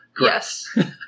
Yes